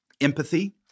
empathy